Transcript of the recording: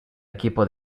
equipo